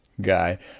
Guy